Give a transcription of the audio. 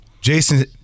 Jason